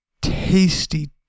tasty